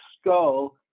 skull